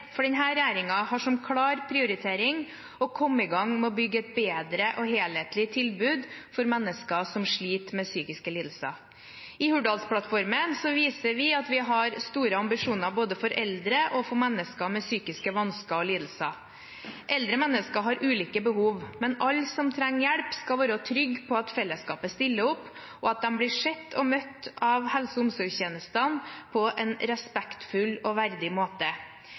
har som klar prioritering å komme i gang med å bygge et bedre og helhetlig tilbud for mennesker som sliter med psykiske lidelser. I Hurdalsplattformen viser vi at vi har store ambisjoner både for eldre og for mennesker med psykiske vansker og lidelser. Eldre mennesker har ulike behov, men alle som trenger hjelp, skal være trygge på at fellesskapet stiller opp, og at de blir sett og møtt av helse- og omsorgstjenestene på en respektfull og verdig måte.